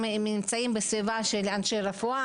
הם נמצאים בסביבה של אנשי רפואה,